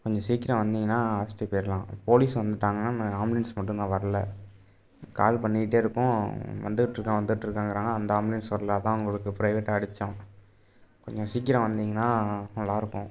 கொஞ்சம் சீக்கிரம் வந்தீங்கன்னால் அழைச்சிட்டு போயிடலாம் போலீஸ் வந்துவிட்டாங்க நம்ம ஆம்புலன்ஸ் மட்டும் தான் வரலை கால் பண்ணிக்கிட்டே இருக்கோம் வந்துக்கிட்டிருக்கேன் வந்துகிட்ருக்கேங்கிறாங்க அந்த ஆம்புலன்ஸ் வரலை அதுதான் உங்களுக்கு ப்ரைவேட்டாக அடித்தோம் கொஞ்சம் சீக்கிரம் வந்தீங்கன்னால் நல்லாயிருக்கும்